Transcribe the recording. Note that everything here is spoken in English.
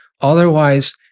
Otherwise